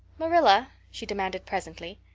marilla, she demanded presently,